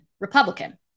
Republican